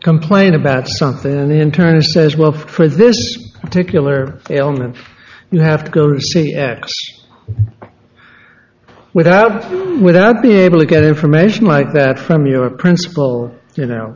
complain about something and internist says well for this particular ailment you have to go or see x without without being able to get information like that from your principal you know